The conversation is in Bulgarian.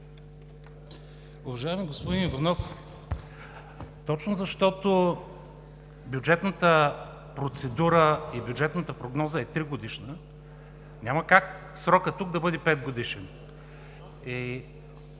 Уважаеми господин Иванов, точно защото бюджетната процедура и бюджетната прогноза е 3-годишна, няма как срокът тук да бъде 5-годишен.